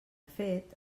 fet